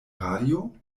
radio